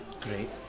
Great